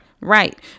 Right